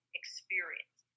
experience